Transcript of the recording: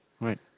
Right